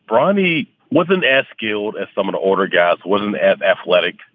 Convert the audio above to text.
bronnie wasn't eskild as someone order guys wasn't athletic,